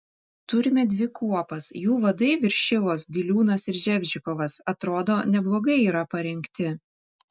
turime dvi kuopas jų vadai viršilos diliūnas ir ževžikovas atrodo neblogai yra parengti